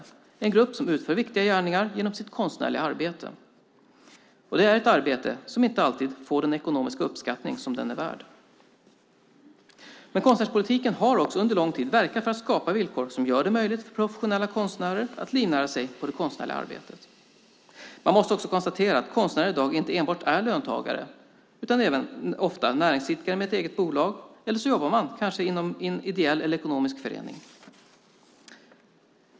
Det är en grupp som utför viktiga gärningar genom sitt konstnärliga arbete. Det är ett arbete som inte alltid får den ekonomiska uppskattning det är värt. Konstnärspolitiken har också under lång tid verkat för att skapa villkor som gör det möjligt för professionella konstnärer att livnära sig på det konstnärliga arbetet. Man måste också konstatera att konstnärer i dag inte enbart är löntagare utan även ofta är näringsidkare med ett eget bolag eller jobbar i en ideell eller ekonomisk förening.